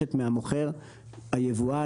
שנדרשת מהמוכר היבואן,